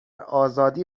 آزادی